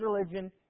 religion